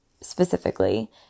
specifically